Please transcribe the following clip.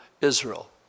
Israel